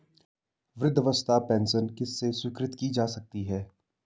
वृद्धावस्था पेंशन किसे स्वीकृत की जा सकती है?